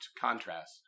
contrast